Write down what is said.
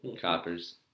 Coppers